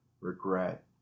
regret